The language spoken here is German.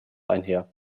einher